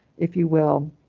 if you will,